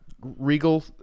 Regal